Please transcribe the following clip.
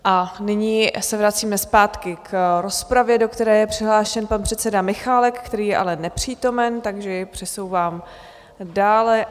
A nyní se vracíme zpátky k rozpravě, do které je přihlášen pan předseda Michálek, který je ale nepřítomen, takže jej přesouvám dále.